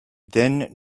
then